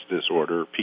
disorder